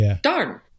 darn